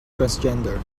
transgender